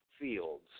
fields